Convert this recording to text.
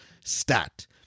stat